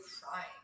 crying